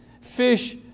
Fish